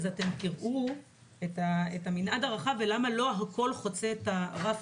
אתם תראו את המנעד הרחב ולמה לא הכול חוצה את הרף